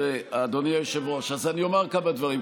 אדוני היושב-ראש, אז אני אומר כמה דברים.